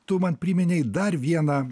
tu man priminei dar vieną